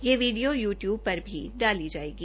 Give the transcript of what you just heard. यह video YouTube पर भी डाली जायेगी